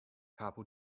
capo